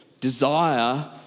desire